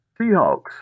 Seahawks